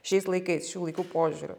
šiais laikais šių laikų požiūriu